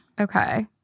Okay